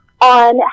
on